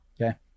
Okay